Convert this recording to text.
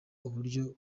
uburyo